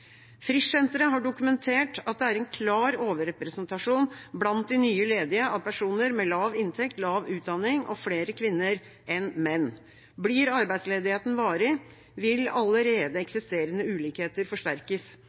har dokumentert at det blant de nye ledige er en klar overrepresentasjon av personer med lav inntekt og lav utdanning, og det er flere kvinner enn menn. Blir arbeidsledigheten varig, vil allerede eksisterende ulikheter forsterkes.